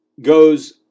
goes